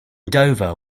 dover